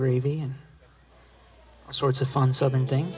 gravy and what sorts of fun southern thing